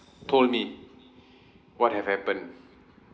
told me what have happened